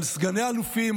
על סגני אלופים,